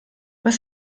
was